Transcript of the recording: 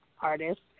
artist